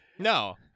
No